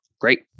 Great